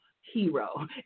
hero